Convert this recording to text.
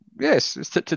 Yes